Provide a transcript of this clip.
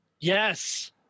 Yes